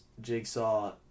Jigsaw